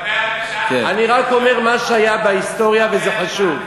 אני רק אומר מה שהיה בהיסטוריה, ושזה חשוב.